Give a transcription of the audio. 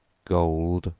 gold,